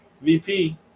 VP